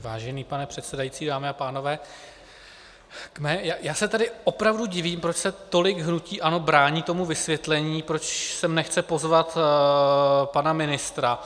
Vážený pane předsedající, dámy a pánové, já se tedy opravdu divím, proč se hnutí ANO tolik brání tomu vysvětlení, proč sem nechce pozvat pana ministra.